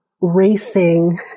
racing